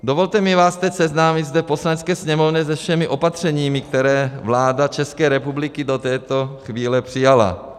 Dovolte mi vás teď seznámit zde v Poslanecké sněmovně se všemi opatřeními, která vláda České republiky do této chvíle přijala.